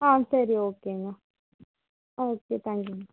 ஆ சரி ஓகேங்க ஆ ஓகே தேங்க்யூங்க